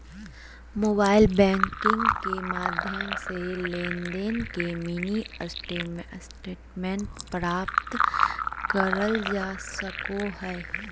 mobile banking के माध्यम से लेनदेन के मिनी स्टेटमेंट प्राप्त करल जा सको हय